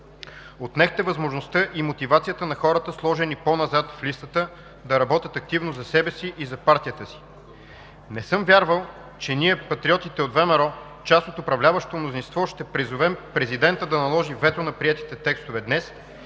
Отнехте възможността и мотивацията на хората, сложени по-назад в листата, да работят активно за себе си и за партията си. Не съм вярвал, че ние – Патриотите от ВМРО, част от управляващото мнозинство, ще призовем президентът да наложи вето на приетите текстове днес